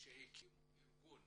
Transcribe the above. שהקימו ארגון